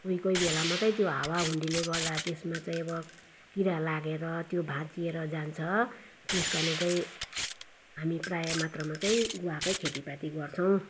कोही कोही बेला मात्रै त्यो हावाहुन्डीले गर्दा त्यसमा चाहिँ अब किरा लागेर त्यो भाँचिएर जान्छ त्यस कारणले चाहिँ हामी प्रायः मात्रामा चाहिँ गुवाकै खेतीपाती गर्छौँ